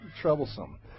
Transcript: troublesome